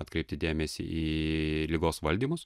atkreipti dėmesį į ligos valdymus